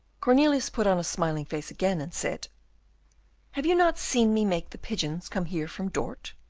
cornelius put on a smiling face again, and said have you not seen me make the pigeons come here from dort?